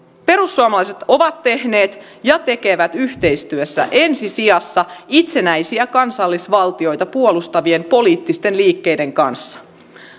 perussuomalaiset ovat tehneet ja tekevät yhteistyötä ensi sijassa itsenäisiä kansallisvaltioita puolustavien poliittisten liikkeiden kanssa